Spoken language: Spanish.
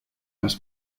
las